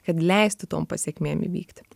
kad leisti tom pasekmėm įvykti